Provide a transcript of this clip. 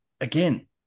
again